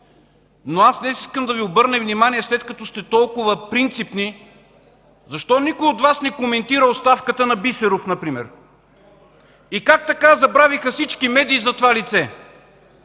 Но днес искам да Ви обърна внимание, след като сте толкова принципни, защо никой от Вас не коментира оставката на Бисеров например? И как така забравиха всички медии за това лице?